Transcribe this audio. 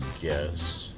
guess